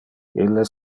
illes